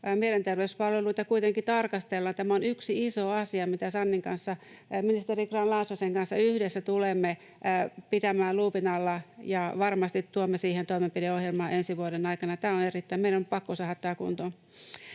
Mielenterveyspalveluita kuitenkin tarkastellaan. Tämä on yksi iso asia, mitä ministeri Grahn-Laasosen kanssa yhdessä tulemme pitämään luupin alla, ja varmasti tuomme siihen toimenpideohjelman ensi vuoden aikana. Tämä on erittäin tärkeä. Meidän on pakko saada tämä kuntoon.